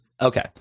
Okay